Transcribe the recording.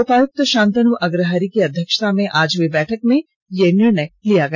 उपायुक्त शांतन् अग्रहरि की अध्यक्षता में आज हई बैठक में यह निर्णय लिया गया